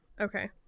Okay